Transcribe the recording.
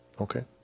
Okay